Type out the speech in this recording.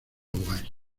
guay